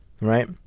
right